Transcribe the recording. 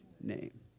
name